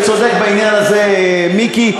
וצודק בעניין הזה מיקי,